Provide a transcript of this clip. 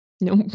no